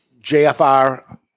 JFR